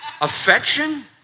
Affection